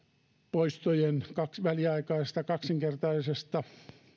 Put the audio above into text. poistojen väliaikaisesta kaksinkertaisesta